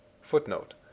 Footnote